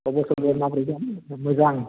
खबर सबर माबोरै दं मोजां